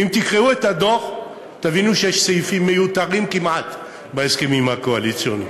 אם תקראו את הדוח תבינו שיש סעיפים מיותרים כמעט בהסכמים הקואליציוניים.